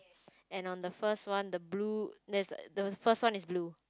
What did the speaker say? and on the first one the blue there's the first one is blue